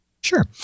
sure